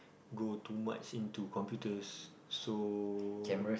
go too much into computers so